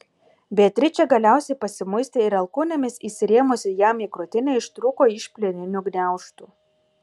beatričė galiausiai pasimuistė ir alkūnėmis įsirėmusi jam į krūtinę ištrūko iš plieninių gniaužtų